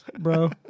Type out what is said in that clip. bro